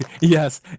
Yes